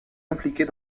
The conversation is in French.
impliquée